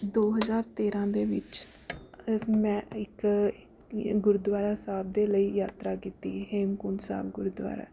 ਦੋ ਹਜ਼ਾਰ ਤੇਰਾਂ ਦੇ ਵਿੱਚ ਮੈਂ ਇੱਕ ਗੁਰਦੁਆਰਾ ਸਾਹਿਬ ਦੇ ਲਈ ਯਾਤਰਾ ਕੀਤੀ ਹੇਮਕੁੰਟ ਸਾਹਿਬ ਗੁਰਦੁਆਰਾ